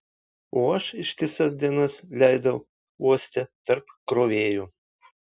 o aš ištisas dienas leidau uoste tarp krovėjų